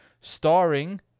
starring